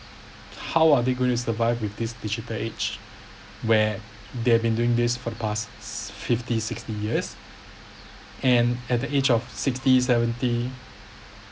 how are they going to survive with this digital age where they have been doing this for the past fifty sixty years and at the age of sixty seventy